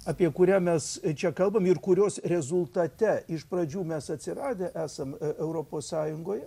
apie kurią mes čia kalbam ir kurios rezultate iš pradžių mes atsiradę esam europos sąjungoje